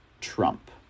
Trump